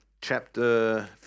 chapter